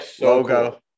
logo